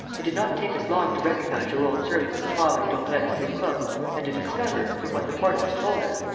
it did not take us long to recognize your old servant victoire in daubrecq's new cook and to discover, from what the portress told us,